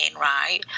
right